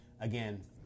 Again